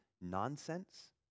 nonsense